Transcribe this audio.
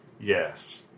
yes